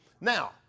Now